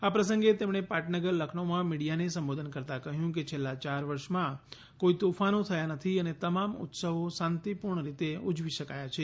આ પ્રસંગે તેમણે પાટનગર લખનૌમાં મીડિયાને સંબોધન કરતાં કહ્યું કે છેલ્લા ચાર વર્ષમાં કોઈ તોફાનો થયાં નથી અને તમામ ઉત્સવો શાંતિપૂર્ણ રીતે ઉજવી શકાયા છે